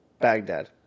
Baghdad